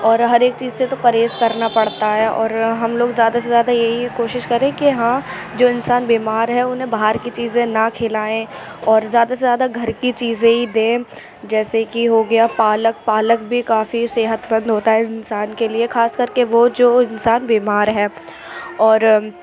اور ہر ایک چیز سے تو پرہیز کرنا پڑتا ہے اور ہم لوگ زیادہ سے زیادہ یہی کوشش کریں کہ ہاں جو انسان بیمار ہے اُنہیں باہر کی چیزیں ںہ کھلائیں اور زیادہ سے زیادہ گھر کی چیزیں ہی دیں جیسے کہ ہو گیا پالک پالک بھی کافی صحت مند ہوتا ہے انسان کے لیے خاص کر کے وہ جو انسان بیمار ہے اور